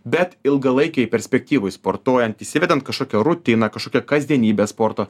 bet ilgalaikėj perspektyvoj sportuojant įsivedant kažkokią rutiną kažkokią kasdienybę sporto